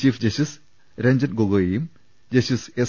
chief justice Ranjan ഗൊഗോയിയും justice S